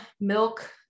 milk